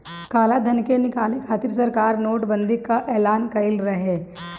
कालाधन के निकाले खातिर सरकार नोट बंदी कअ एलान कईले रहे